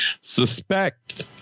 suspect